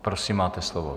Prosím, máte slovo.